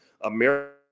America